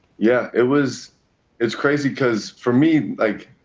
yeah, it was it's crazy cause, for me, like,